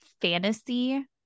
fantasy